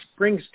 Springsteen